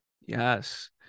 Yes